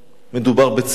מדובר בצונאמי.